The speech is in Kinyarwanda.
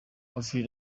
avril